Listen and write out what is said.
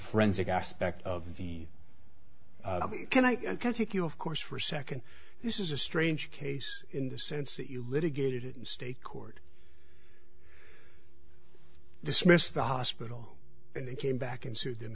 forensic aspect of the can i can take you of course for a second this is a strange case in the sense that you litigated it in state court dismissed the hospital and then came back and sued them